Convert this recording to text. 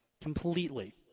completely